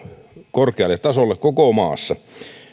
korkealle tasolle koko maassa